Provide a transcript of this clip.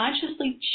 consciously